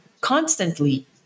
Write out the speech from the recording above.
constantly